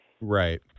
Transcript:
Right